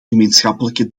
gemeenschappelijke